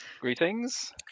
Greetings